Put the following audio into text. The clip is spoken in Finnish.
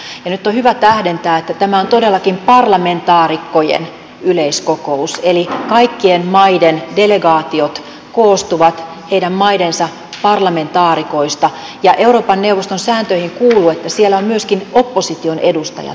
ja nyt on hyvä tähdentää että tämä on todellakin parlamentaarikkojen yleiskokous eli kaikkien maiden delegaatiot koostuvat niiden maiden parlamentaarikoista ja euroopan neuvoston sääntöihin kuuluu että siellä on myöskin opposition edustajat mukana